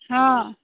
हँ